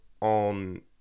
on